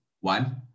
One